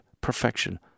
Perfection